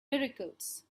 miracles